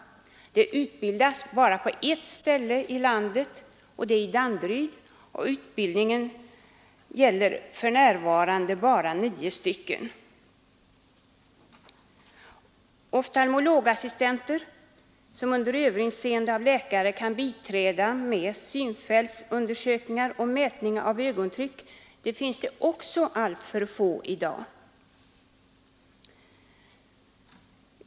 Ortoptister utbildas bara på en plats i landet, Danderyd, och utbildningen omfattar för närvarande bara nio elever. Oftalmologassistenter, som under överinseende av läkare kan biträda med synfältsundersökningar och mätning av ögontryck, finns det också alltför få av i dag.